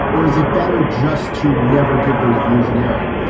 or is it better just to never give those views an airing?